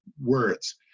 words